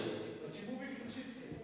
יותר בשקט.